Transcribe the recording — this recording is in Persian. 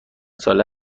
ساله